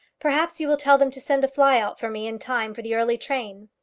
perhaps you will tell them to send a fly out for me in time for the early train.